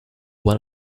one